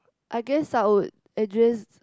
I guess I would address